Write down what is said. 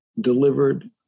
delivered